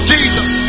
Jesus